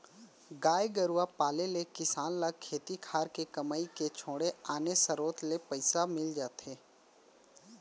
गाय गरूवा पाले ले किसान ल खेती खार के कमई के छोड़े आने सरोत ले पइसा मिल जाथे